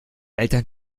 eltern